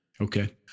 Okay